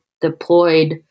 deployed